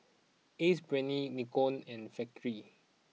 Ace Brainery Nikon and Factorie